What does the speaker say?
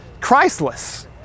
Christless